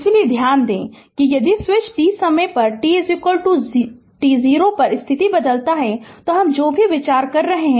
इसलिए ध्यान दें कि यदि स्विच t समय t t0 पर स्थिति बदलता है तो हम जो भी विचार कर रहे हैं वह t 0 पर है